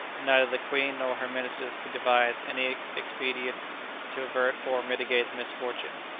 and neither the queen nor her ministers could devise any expedient to avert or mitigate the misfortune.